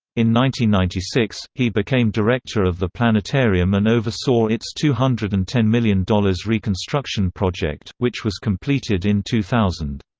ninety ninety six, he became director of the planetarium and oversaw its two hundred and ten million dollars reconstruction project, which was completed in two thousand.